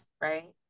right